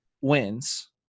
wins